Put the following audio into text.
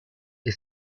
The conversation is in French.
est